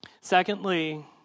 Secondly